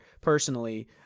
Personally